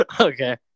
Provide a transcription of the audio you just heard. Okay